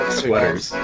sweaters